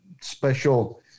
special